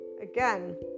again